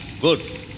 good